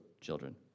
children